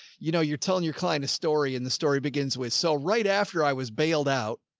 you know, you're telling your client a story and the story begins with, so right after i was bailed out.